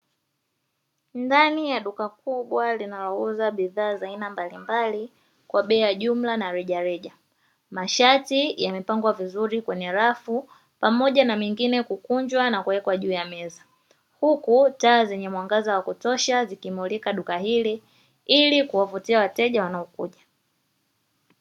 Ndani ya duka kubwa linalouza bidhaa za aina mbalimbali kwa bei ya jumla na reja reja. Mashati yamepangwa vizuri kwenye rafu pamoja na mengine kukunjwa na kuwekwa juu ya meza. Huku taa zenye mwangaza wa kutosha zikimulika duka hili ili kuwavutia wateja wanaokuja.